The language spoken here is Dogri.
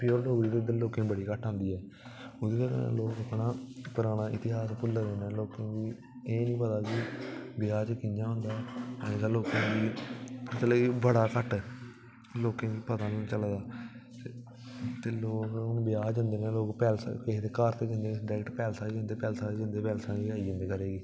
प्योर डोगरी ते लोकें गी बड़ी घट्ट आंदी ऐ हून लोग अपना पराना इतिहास भुल्ला दे कि एह् निं पता कि अज्जकल ब्याह् च कियां होंदा अज्जकल ओह् बड़ा घट्ट लोकें गी पता निं चला दा ते लोग हून ब्याह् जंदे न लोग पैलेस होंदे ते लोग डरैक्ट पैलेस ई जंदे ते पैलेस दा गै आई जंदे घरै ई